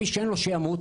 ומי שאין לו שימות".